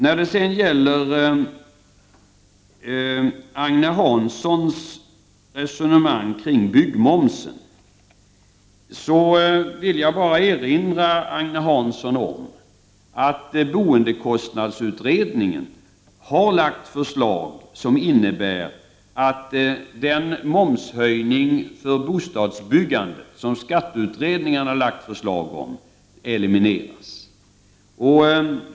När det gäller Agne Hanssons resonemang om byggmomsen vill jag bara erinra honom om att boendekostnadsutredningen har lagt fram förslag som innebär att den momshöjning på bostadsbyggandet som skatteutredningen har lagt fram förslag om elimineras.